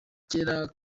cyera